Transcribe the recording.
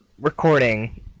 recording